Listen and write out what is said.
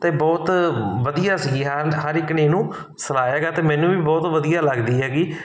ਅਤੇ ਬਹੁਤ ਵਧੀਆ ਸੀਗੀ ਹਰ ਇੱਕ ਨੇ ਇਹਨੂੰ ਸਲਾਇਆ ਗਾ ਅਤੇ ਮੈਨੂੰ ਵੀ ਬਹੁਤ ਵਧੀਆ ਲੱਗਦੀ ਹੈਗੀ